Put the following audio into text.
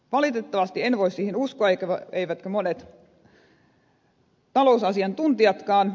valitettavasti en voi siihen uskoa eivätkä monet talousasiantuntijatkaan